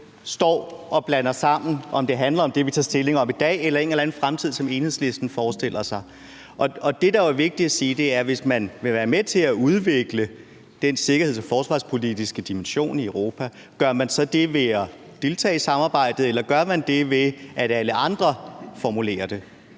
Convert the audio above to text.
står og blander tingene sammen, altså om det handler om det, vi tager stilling til i dag, eller om et eller andet, som Enhedslisten forestiller sig vil ske i fremtiden. Det, der er vigtigt at spørge sig selv om, er, om man, hvis man vil være med til at udvikle den sikkerheds- og forsvarspolitiske dimension i Europa, så gør det ved at deltage i samarbejdet, eller om man gør det ved, at alle andre formulerer det.